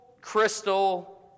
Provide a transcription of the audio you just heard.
crystal